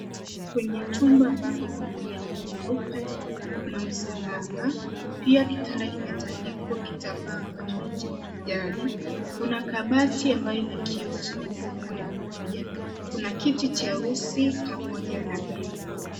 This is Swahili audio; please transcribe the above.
Kwenye chumba ambapo kuna neti nyeupe kuna msalaba, pia kitanda kimetandikwa kitambaa ambacho ni cha kijani, kuna kabati ambayo ina kioo cheupe upande mmoja, kuna kiti cheusi pamoja ma meza.